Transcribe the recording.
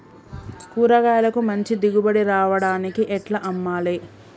కూరగాయలకు మంచి దిగుబడి రావడానికి ఎట్ల అమ్మాలే?